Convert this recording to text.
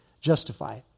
justify